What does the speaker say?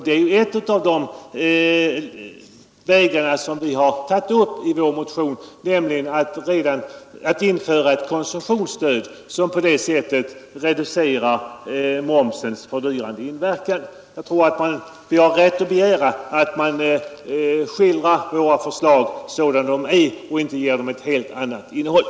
Det är en av de vägar vi har föreslagit i vår motion, nämligen att man skall införa ett konsumtionsstöd som reducerar momsens fördyrande inverkan. Vi har rätt att begära att våra förslag skildras sådana de är och inte ges ett helt annat innehåll.